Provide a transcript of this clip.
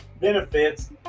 benefits